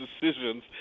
decisions